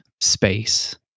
space